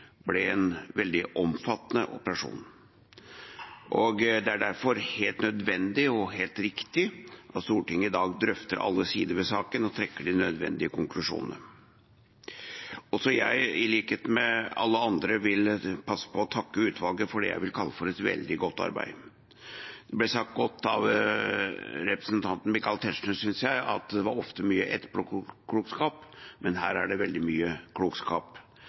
ble en veldig omfattende operasjon. Det er derfor helt nødvendig og helt riktig at Stortinget i dag drøfter alle sider ved saken og trekker de nødvendige konklusjonene. Også jeg, i likhet med alle andre, vil passe på å takke utvalget for det jeg vil kalle for et veldig godt arbeid. Det var godt sagt av representanten Michael Tetzschner, synes jeg, at det ofte var mye etterpåklokskap, men her er det veldig mye klokskap.